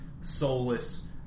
Soulless